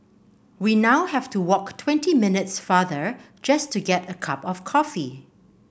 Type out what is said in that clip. we now have to walk twenty minutes farther just to get a cup of coffee